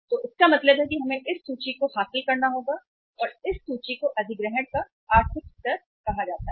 तो इसका मतलब है कि हमें इस सूची को हासिल करना होगा और इस सूची को अधिग्रहण का आर्थिक स्तर कहा जाता है